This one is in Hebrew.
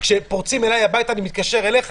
כשפורצים אליי הביתה אני מתקשר אליך,